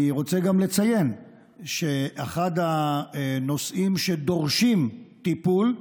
אני רוצה גם לציין שאחד הנושאים שדורשים טיפול,